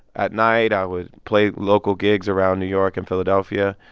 at night, i would play local gigs around new york and philadelphia.